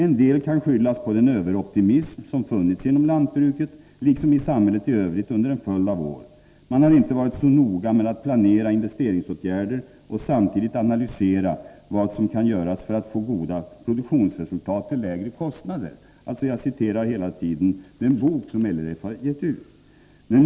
”En del kan skyllas på den överoptimism som funnits inom lantbruket liksom i samhället i övrigt under en följd av år. Man har inte varit så noga med att planera investeringsåtgärder och samtidigt analysera vad som kan göras för att få goda produktionsresultat till lägre kostnader.” Jag citerar här vad som står i den bok som LRF har gett ut.